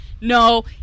No